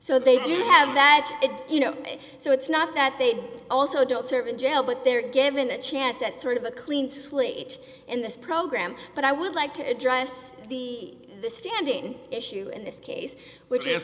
so they do have that you know so it's not that they also don't serve in jail but they're given a chance at sort of a clean slate in this program but i would like to address the the standing issue in this case which is